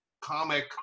comic